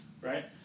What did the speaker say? right